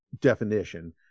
definition